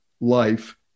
life